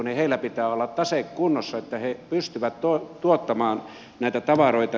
heillä pitää olla tase kunnossa että he pystyvät tuottamaan näitä tavaroita